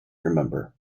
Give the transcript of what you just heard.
remember